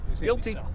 Guilty